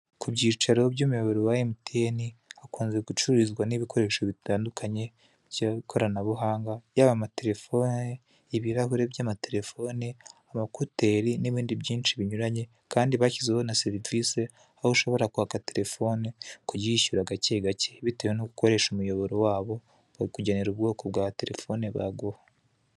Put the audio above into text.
Ku byicaro by'umuyoboro wa Mtn hakunzwe gucururizwa n'ibikoresho bitandukanye by'ikoranabuhanga yaba amaterefoni, ibirahure by'amaterefone, amakoteri n'ibindi byinshi binyuranye kandi bashyizeho na serivise aho ushobora kwaka terefone ukujya uyishyura gake gake bitewe nuko ukoresha umuyoboro wabo bakugenera ubwoko bwa telefone baguha.